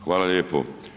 Hvala lijepo.